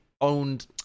owned